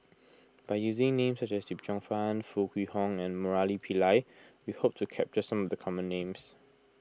by using names such as Yip Cheong Fun Foo Kwee Horng and Murali Pillai we hope to capture some of the common names